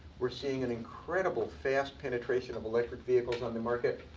we're seeing an incredible fast penetration of electric vehicles on the market.